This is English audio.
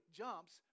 jumps